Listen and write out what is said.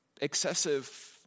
excessive